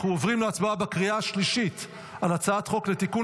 אנחנו עוברים להצבעה בקריאה השלישית על הצעת חוק לתיקון